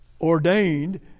Ordained